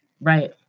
Right